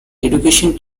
education